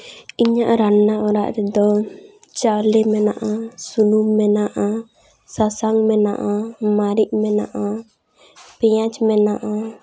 ᱤᱧᱟᱹᱜ ᱨᱟᱱᱱᱟ ᱚᱲᱟᱜ ᱨᱮᱫᱚ ᱪᱟᱣᱞᱮ ᱢᱮᱱᱟᱜᱼᱟ ᱥᱩᱱᱩᱢ ᱢᱮᱱᱟᱜᱼᱟ ᱥᱟᱥᱟᱝ ᱢᱮᱱᱟᱜᱼᱟ ᱢᱟᱹᱨᱤᱡ ᱢᱮᱱᱟᱜᱼᱟ ᱯᱮᱸᱭᱟᱡᱽ ᱢᱮᱱᱟᱜᱼᱟ